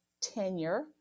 tenure